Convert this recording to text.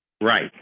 right